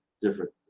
different